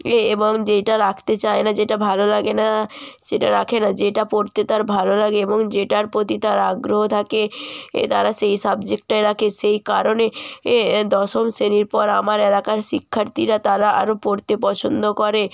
এ এবং যেটা রাকতে চায় না যেটা ভালো লাগে না সেটা রাখে না যেটা পড়তে তার ভালো লাগে এবং যেটার প্রতি তার আগ্রহ থাকে এ তারা সেই সাবজেক্টটাই রাখে সেই কারণে এ দশম শ্রেণির পর আমার এলাকার শিক্ষার্থীরা তারা আরও পড়তে পছন্দ করে